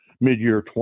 mid-year